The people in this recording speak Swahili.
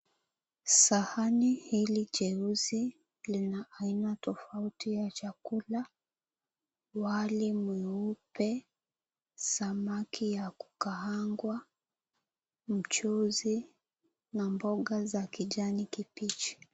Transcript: Sahani hili jeusi lina aina tofauti ya chakula. Wali mweupe, samaki ya kukaangwa, mchuzi na mboga za kijani kibichi.